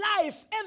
life